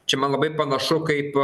čia man labai panašu kaip